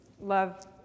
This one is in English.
love